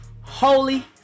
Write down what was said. Holy